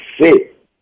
sit